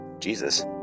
Jesus